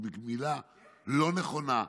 היא מילה לא נכונה,